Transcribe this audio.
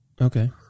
Okay